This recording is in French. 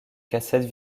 cassette